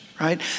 right